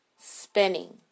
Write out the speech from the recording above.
spinning